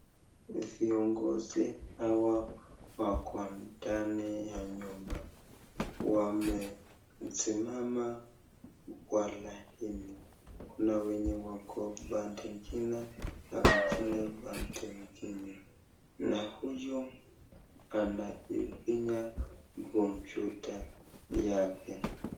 Viongozi hawa wako ndani ya nyumba, wamesimama kwa laini, kuna wenye wako pande ingine na wengine pande ingine, na huyu anaifinya komputa yake.